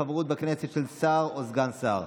(חברות בכנסת של שר או סגן שר).